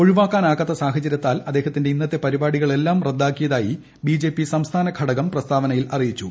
ഒഴിവാക്കാനാകാത്ത സാഹചര്യത്താൽ അദ്ദേഹത്തിന്റെ ഇന്നത്തെ പരിപാടികളെല്ലാം റദ്ദാക്കിയതായി ബിജെപി സംസ്ഥാന ഘടകം പ്രസ്താവനയിൽ അറിയിച്ചു